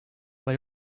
but